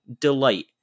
delight